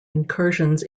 incursions